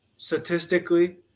statistically